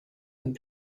and